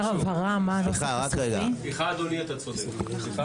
סליחה אדוני, אתה צודק.